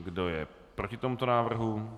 Kdo je proti tomuto návrhu?